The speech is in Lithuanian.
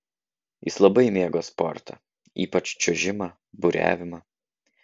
jis labai mėgo sportą ypač čiuožimą buriavimą